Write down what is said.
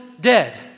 dead